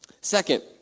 Second